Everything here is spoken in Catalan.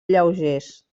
lleugers